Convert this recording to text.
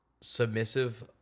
submissive